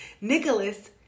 Nicholas